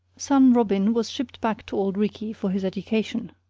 son robin was shipped back to auld reekie for his education.